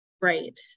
right